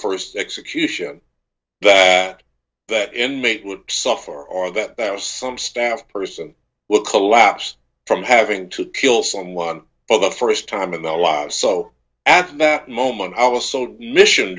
first execution that that inmate would suffer or that bear some staff person would collapse from having to kill someone for the first time in their lives so after that moment i was so to mission